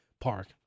park